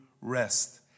rest